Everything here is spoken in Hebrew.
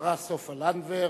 השרה סופה לנדבר,